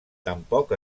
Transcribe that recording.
tampoc